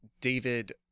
david